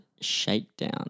Shakedown